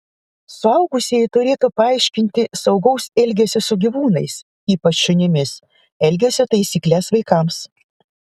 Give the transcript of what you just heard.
suaugusieji turėtų paaiškinti saugaus elgesio su gyvūnais ypač šunimis elgesio taisykles vaikams